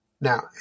Now